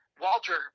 Walter